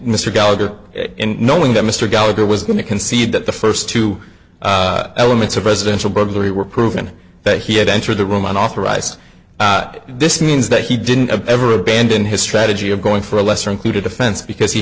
mr gallagher knowing that mr gallagher was going to concede that the first two elements of residential burglary were proven that he had entered the room unauthorized this means that he didn't ever abandon his strategy of going for a lesser included offense because he